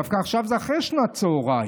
דווקא עכשיו זה אחרי שנת צוהריים,